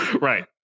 Right